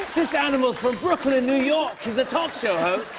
this animal's from brooklyn, new york he's a talk show